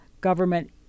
government